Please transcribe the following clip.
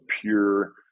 pure